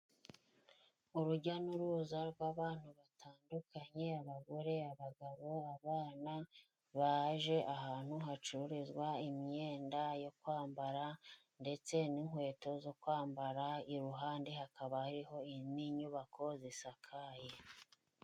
Urujya n'uruza rw'abantu batandukanye, abagore abagabo abana baje ahantu hacururizwa imyenda yo kwambara, ndetse n'inkweto zo kwambara, iruhande hakaba hariho n'inyubako zisakaye.